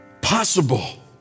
possible